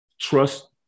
Trust